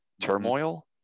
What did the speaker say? turmoil